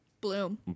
Bloom